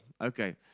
okay